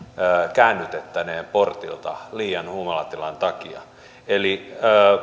käännytetyn portilta liian humalatilan takia eli